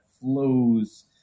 flows